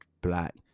black